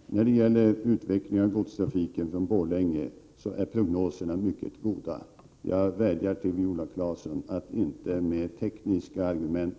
Herr talman! När det gäller utvecklingen av godstrafiken från Borlänge är prognoserna mycket goda. Jag vädjar till Viola Claesson att inte med tekniska argument